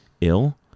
ill